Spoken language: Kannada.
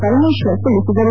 ಪರಮೇಶ್ವರ್ ತಿಳಿಸಿದರು